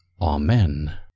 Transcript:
Amen